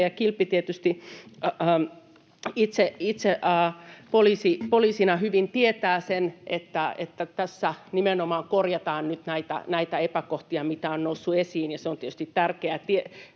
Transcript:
Kilpi tietysti itse poliisina hyvin tietää sen, että tässä nimenomaan korjataan nyt näitä epäkohtia, mitä on noussut esiin, ja se on tietysti tärkeää tietoa.